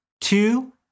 two